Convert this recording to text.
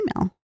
email